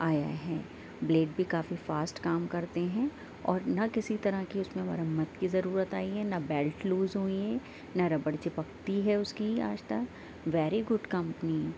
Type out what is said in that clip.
آیا ہے بلیٹ بھی کافی فاسٹ کام کرتے ہیں اور نہ کسی طرح کی اس میں مرمت کی ضرورت آئی ہے نہ بیلٹ لوز ہوئی ہیں نہ ربڑ چپکتی ہے اس کی آج تک ویری گوڈ کمپنی